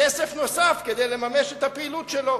כסף נוסף כדי לממש את הפעילות שלו.